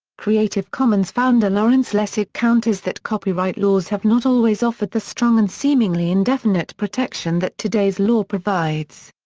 creative commons founder lawrence lessig counters that copyright laws have not always offered the strong and seemingly indefinite protection that today's law provides.